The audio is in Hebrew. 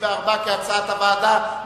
ו-34 כהצעת הוועדה.